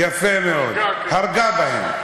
יפה מאוד, הרגה בהם.